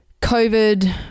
covid